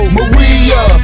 Maria